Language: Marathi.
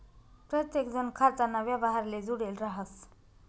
प्रत्येकजण खाताना व्यवहारले जुडेल राहस